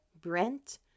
Brent